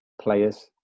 players